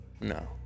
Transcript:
no